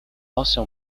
also